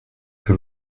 que